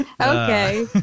Okay